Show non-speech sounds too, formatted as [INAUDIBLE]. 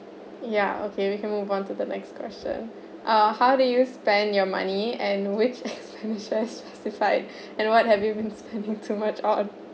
ya okay we can move on to the next question uh how do you spend your money and which [LAUGHS] expenditures justified and what have you been spending too much on